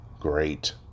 great